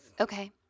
Okay